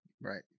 Right